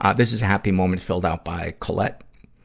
ah this is a happy moment filled out by collette.